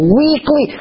weekly